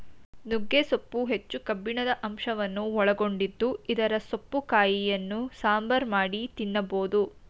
ನುಗ್ಗೆ ಸೊಪ್ಪು ಹೆಚ್ಚು ಕಬ್ಬಿಣದ ಅಂಶವನ್ನು ಒಳಗೊಂಡಿದ್ದು ಇದರ ಸೊಪ್ಪು ಕಾಯಿಯನ್ನು ಸಾಂಬಾರ್ ಮಾಡಿ ತಿನ್ನಬೋದು